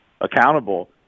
accountable